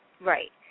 Right